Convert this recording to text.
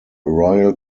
royal